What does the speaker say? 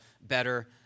better